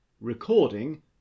Recording